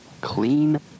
clean